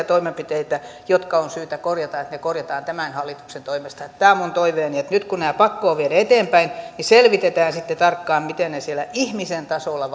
toimenpiteitä jotka on syytä korjata ne on viisasta sitten korjata tämän hallituksen toimesta tämä on minun toiveeni että nyt kun nämä pakko on viedä eteenpäin niin selvitetään sitten tarkkaan miten ne eri toimenpiteet siellä ihmisen tasolla